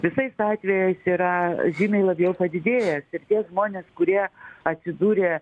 visais atvejais yra žymiai labiau padidėjas ir tie žmonės kurie atsidūrė